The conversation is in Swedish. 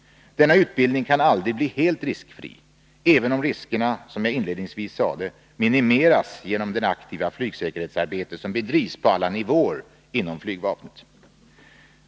Denna utbildning kan aldrig bli helt riskfri, även om riskerna — som jag inledningsvis sade — minimeras genom det aktiva flygsäkerhetsarbete som bedrivs på alla nivåer i flygvapnet.